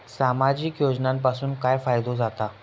सामाजिक योजनांपासून काय फायदो जाता?